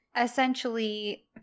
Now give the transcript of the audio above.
Essentially